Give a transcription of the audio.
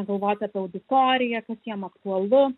galvoti apie auditoriją kas jiem aktualu